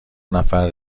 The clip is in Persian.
نفر